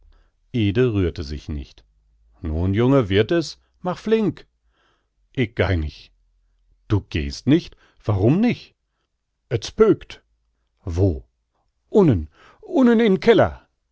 rührte sich nicht nun junge wird es mach flink ick geih nich du gehst nich warum nich et spökt wo unnen unnen in'n keller